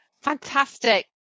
Fantastic